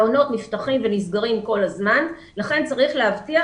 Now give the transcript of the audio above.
מעונות נפתחים ונסגרים כל הזמן ולכן צריך להבטיח